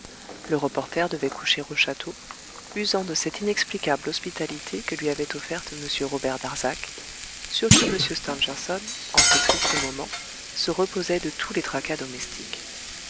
le reporter devait coucher au château usant de cette inexplicable hospitalité que lui avait offerte m robert darzac sur qui m stangerson en ces tristes moments se reposait de tous les tracas domestiques